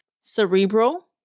cerebral